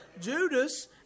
Judas